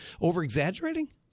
over-exaggerating